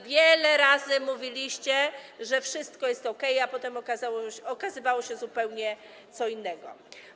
Wiele razy mówiliście, że wszystko jest okej, a potem okazywało się zupełnie co innego.